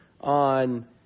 on